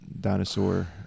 dinosaur